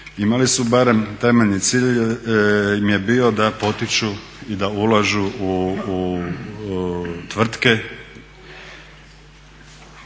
imali su barem temeljni cilj im je bio da potiču i da ulažu u tvrtke